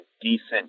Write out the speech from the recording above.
decent